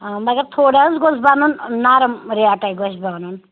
آ مَگَر تھوڑا حظ گوٚژھ بَنُن نَرَم ریٹَے گژھِ بَنُن